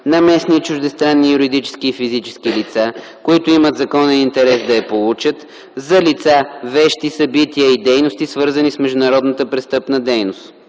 на местни и чуждестранни юридически и физически лица, които имат законен интерес да я получат, за лица, вещи, събития и дейности, свързани с международната престъпна дейност;